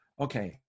Okay